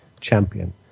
champion